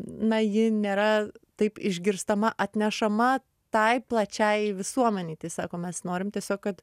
na ji nėra taip išgirstama atnešama tai plačiajai visuomenei tai sako mes norim tiesiog kad